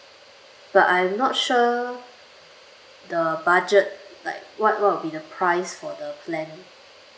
but I'm not sure the budget like what what will be the price for the plan